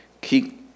keep